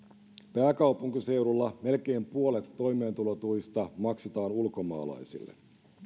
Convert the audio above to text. pääkaupunkiseudulla melkein puolet toimeentulotuista maksetaan ulkomaalaisille